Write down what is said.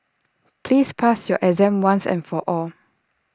please pass your exam once and for all